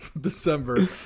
December